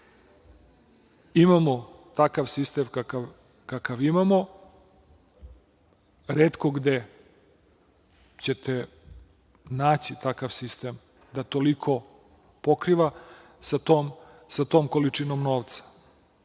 nas. Imamo takav sistem kakav imamo, retko gde ćete naći takav sistem da toliko pokriva sa tom količinom novca,